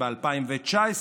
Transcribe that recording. ב-2019,